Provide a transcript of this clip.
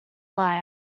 liar